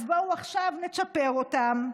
אז בואו עכשיו נצ'פר אותם.